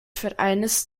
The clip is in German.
vereins